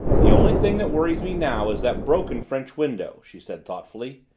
the only thing that worries me now is that broken french window, she said thoughtfully.